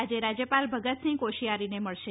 આજે રાજ્યપાલ ભગતસિંહ કોશિયારીને મળશે